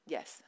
Yes